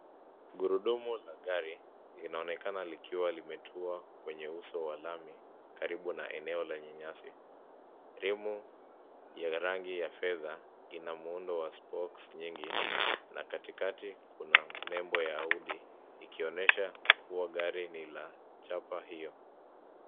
Gurudumu la gari, linaonekana likiwa limetua kwenye uso wa lami, karibu na eneo lenye nyasi. Rimu ya rangi ya fedha, ina muundo wa (cs]spokes nyingi, na katikati kuna nebo ya Audi, ikionyesha kuwa ni la chapa hio.